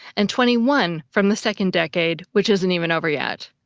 and twenty one from the second decade, which isn't even over yet!